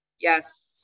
yes